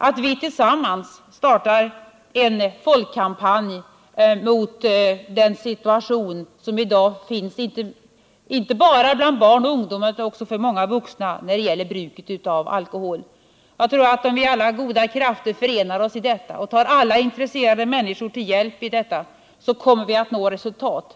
Vi bör tillsammans starta en folkkampanj mot den situation som i dag råder inte bara bland barn och ungdom utan också bland många vuxna när det gäller bruket av alkohol. Om alla goda krafter förenas i detta arbete och om vi tar alla intresserade människor till hjälp tror jag att vi kommer att nå resultat.